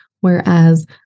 Whereas